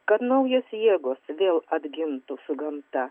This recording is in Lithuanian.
kad naujos jėgos vėl atgimtų su gamta